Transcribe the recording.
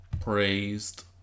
praised